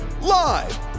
Live